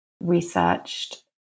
researched